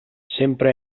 sempre